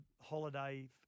holiday